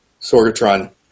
Sorgatron